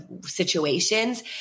situations